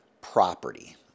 property